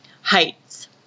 heights